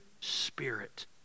spirit